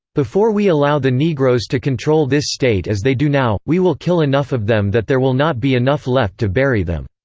before we allow the negroes to control this state as they do now, we will kill enough of them that there will not be enough left to bury them.